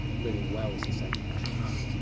living well is the second actuality.